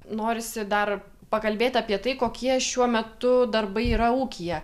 norisi dar pakalbėt apie tai kokie šiuo metu darbai yra ūkyje